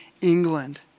England